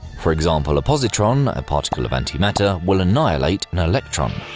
for example, a positron, a particle of antimatter, will annihilate an electron.